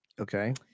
okay